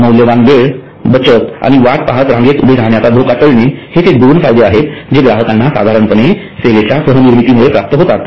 मौल्यवान वेळ बचत आणि वाट पाहत रांगेत उभे रहाण्याचा धोका टळणे हे ते दोन फायदे आहेत जे ग्राहकांना साधारणपणे सेवेच्या सहनिर्मिती मुळे प्राप्त होतात